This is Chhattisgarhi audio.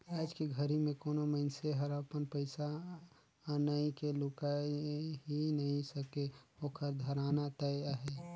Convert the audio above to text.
आयज के घरी मे कोनो मइनसे हर अपन पइसा अनई के लुकाय ही नइ सके ओखर धराना तय अहे